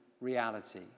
reality